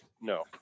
no